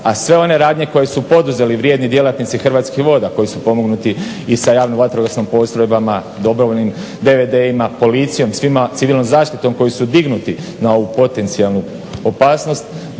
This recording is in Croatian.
a sve one radnje koje su poduzeli vrijedni djelatnici Hrvatskih voda koji su pomognuti i sa javnim vatrogasnim postrojbama, dobrovoljnim DVD-ima, policijom, civilnom zaštitom koji su dignuti na ovu potencijalnu opasnost